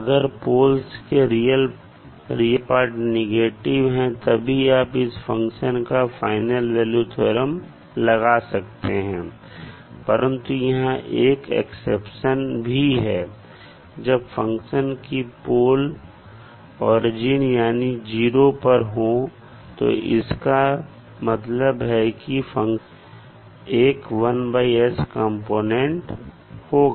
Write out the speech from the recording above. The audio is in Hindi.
अगर पोल्स के रियल पार्ट नेगेटिव हैं तभी आप इस फंक्शन F पर फाइनल वैल्यू थ्योरम लगा सकते हैं परंतु यहां एक एक्सेप्शन भी है जब फंक्शन के पोल ओरिजिन यानी 0 पर हो इसका यह मतलब है कि फंक्शन में एक 1s कंपोनेंट हो